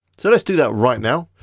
so let's do that right now.